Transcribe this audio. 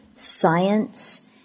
science